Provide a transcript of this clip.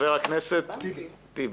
חבר הכנסת טיבי,